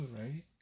Right